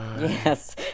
Yes